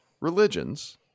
religions